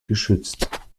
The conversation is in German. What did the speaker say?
geschützt